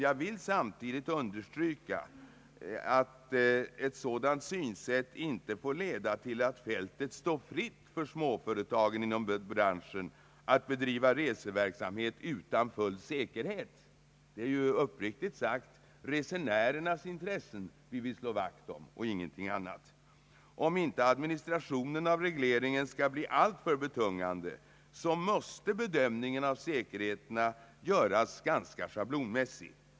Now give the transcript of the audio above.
Jag vill samtidigt understryka att ett sådant synsätt inte får leda till att fältet är fritt för småföretagen inom branschen att bedriva reseverksamhet utan full säkerhet. Det är ju, uppriktigt sagt, resenärernas intressen vi vill slå vakt om och ingenting annat. Om inte administrationen av regleringen skall bli alltför betungande måste bedömningen av säkerheterna göras ganska schablonmässigt.